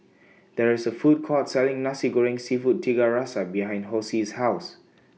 There IS A Food Court Selling Nasi Goreng Seafood Tiga Rasa behind Hosie's House